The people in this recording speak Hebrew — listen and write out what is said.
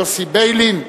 יוסי ביילין,